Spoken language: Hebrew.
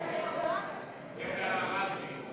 משרד התיירות,